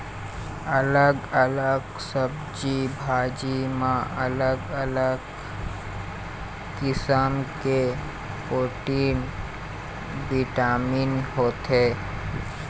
अलग अलग सब्जी भाजी म अलग अलग किसम के प्रोटीन, बिटामिन होथे